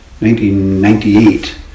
1998